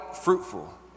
fruitful